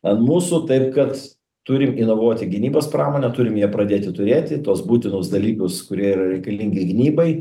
ant mūsų taip kad turim inovuoti gynybos pramonę turim ją pradėti turėti tuos būtinus dalykus kurie yra reikalingi gynybai